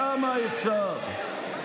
כמה אפשר?